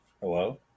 Hello